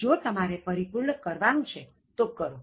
જો તમારે પરિપૂર્ણ કરવાનું છે તો કરો